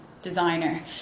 Designer